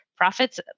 profits